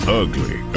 ugly